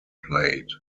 plate